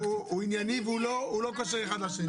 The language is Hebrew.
לא, הוא ענייני והוא לא קושר אחד לשני.